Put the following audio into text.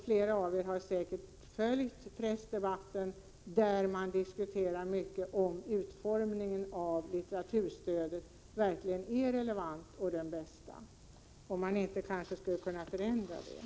Flera av er har säkert följt pressdebatten där man diskuterar, om utformningen av litteraturstödet verkligen är den bästa och om man inte skulle kunna förändra den.